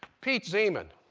piet zeeman.